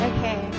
Okay